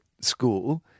school